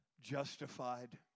Justified